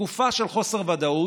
בתקופה של חוסר ודאות,